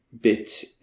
bit